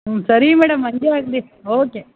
ಹ್ಞೂ ಸರಿ ಮೇಡಮ್ ಹಾಗೆ ಆಗಲಿ ಓಕೆ